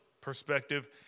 perspective